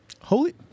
Holy